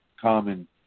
common